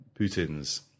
Putin's